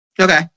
Okay